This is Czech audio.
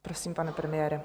Prosím, pane premiére.